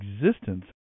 existence